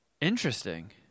Interesting